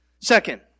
Second